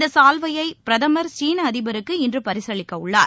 இந்த சால்வையை பிரதமர் சீன அதிபருக்கு இன்று பரிசளிக்கிறார்